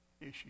issue